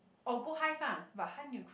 or go Hive ah but Hive need to